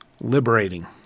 Liberating